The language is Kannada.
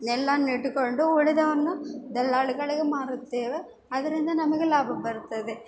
ನೆಲ್ಲನ್ನು ಇಟ್ಕೊಂಡು ಉಳಿದವನ್ನು ದಲ್ಲಾಳಿಗಳಿಗೆ ಮಾರುತ್ತೇವೆ ಅದರಿಂದ ನಮಗೆ ಲಾಭ ಬರುತ್ತದೆ